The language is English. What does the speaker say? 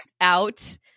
out